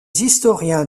historiens